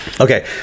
Okay